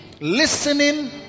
listening